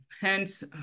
hence